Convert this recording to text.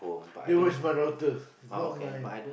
that was my daughter not my